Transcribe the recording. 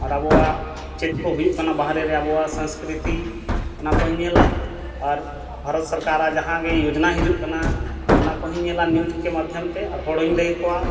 ᱟᱨ ᱟᱵᱚᱣᱟᱜ ᱪᱮᱫ ᱠᱚ ᱦᱩᱭᱩᱜ ᱠᱟᱱᱟ ᱵᱟᱦᱨᱮ ᱨᱮ ᱟᱵᱚᱣᱟᱜ ᱥᱚᱝᱥᱠᱨᱤᱛᱤ ᱚᱱᱟ ᱠᱚᱦᱚᱸᱧ ᱧᱮᱞᱟ ᱟᱨ ᱵᱷᱟᱨᱚᱛ ᱥᱚᱨᱠᱟᱨᱟᱜ ᱡᱟᱦᱟᱸ ᱜᱮ ᱡᱳᱡᱚᱱᱟ ᱦᱤᱡᱩᱜ ᱠᱟᱱᱟ ᱚᱱᱟ ᱠᱚᱦᱚᱸᱧ ᱧᱮᱞᱟ ᱱᱤᱭᱩᱡᱽ ᱠᱮ ᱢᱟᱫᱽᱫᱷᱚᱢ ᱛᱮ ᱟᱨ ᱦᱚᱲ ᱦᱚᱸᱧ ᱞᱟᱹᱭᱟᱠᱚᱣᱟ